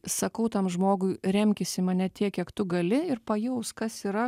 sakau tam žmogui remkis į mane tiek kiek tu gali ir pajausk kas yra